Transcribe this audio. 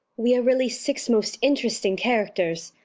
we are really six most interesting characters,